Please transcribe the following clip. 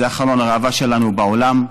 זה חלון הראווה שלנו בעולם,